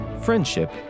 friendship